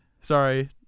Sorry